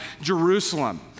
Jerusalem